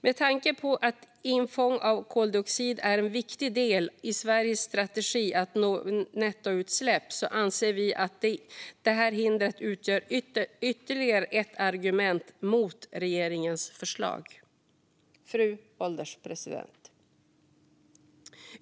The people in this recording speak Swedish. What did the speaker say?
Med tanke på att infångning av koldioxid är en viktig del i Sveriges strategi för att nå nettonollutsläpp anser vi att detta hinder utgör ytterligare ett argument mot regeringens förslag. Fru ålderspresident!